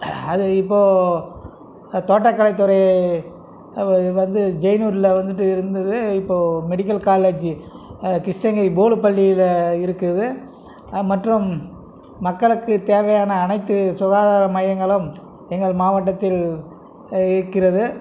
அது இப்போது தோட்டக்கலை துறை வந்து ஜெய்னூரில் வந்துட்டு இருந்தது இப்போது மெடிக்கல் காலேஜ் கிருஷ்ணகிரி போலுப்பள்ளியில் இருக்குது மற்றும் மக்களுக்கு தேவையான அனைத்து சுகாதார மையங்களும் எங்கள் மாவட்டத்தில் இருக்கிறது